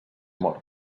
mort